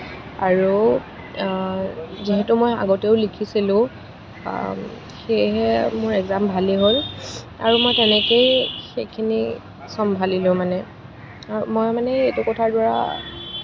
আৰু যিহেতু মই আগতেও লিখিছিলোঁ সেয়েহে মোৰ একজাম ভালেই হ'ল আৰু মই তেনেককৈয়ে সেইখিনি চম্ভালিলোঁ মানে মই মানে এইটো কথাৰ দ্বাৰা